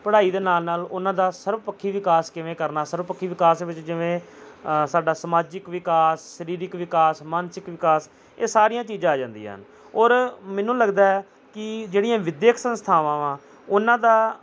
ਪੜ੍ਹਾਈ ਦੇ ਨਾਲ ਨਾਲ ਉਨ੍ਹਾਂ ਦਾ ਸਰਵਪੱਖੀ ਵਿਕਾਸ ਕਿਵੇਂ ਕਰਨਾ ਸਰਵਪੱਖੀ ਵਿਕਾਸ ਦੇ ਵਿੱਚ ਜਿਵੇਂ ਸਾਡਾ ਸਮਾਜਿਕ ਵਿਕਾਸ ਸਰੀਰਿਕ ਵਿਕਾਸ ਮਾਨਸਿਕ ਵਿਕਾਸ ਇਹ ਸਾਰੀਆਂ ਚੀਜਾਂ ਆ ਜਾਂਦੀਆਂ ਹਨ ਔਰ ਮੈਨੂੰ ਲੱਗਦਾ ਹੈ ਕਿ ਜਿਹੜੀਆਂ ਵਿੱਦਿਅਕ ਸੰਸਥਾਵਾਂ ਵਾਂ ਉਨ੍ਹਾਂ ਦਾ